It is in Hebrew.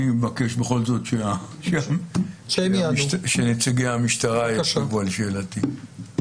אני מבקש בכל זאת שנציגי המשטרה ישיבו על שאלתי.